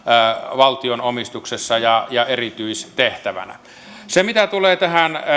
valtion omistuksessa ja ja erityistehtävänä mitä tulee tähän